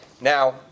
Now